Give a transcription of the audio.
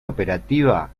operativa